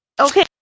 okay